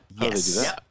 Yes